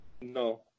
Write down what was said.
No